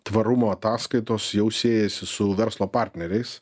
tvarumo ataskaitos jau siejasi su verslo partneriais